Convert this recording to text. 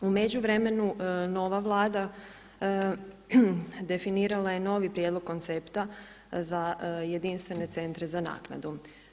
U međuvremenu nova Vlada definirala je novi prijedlog koncepta za jedinstvene centre za naknadu.